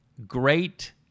Great